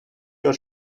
your